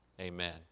amen